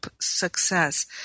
success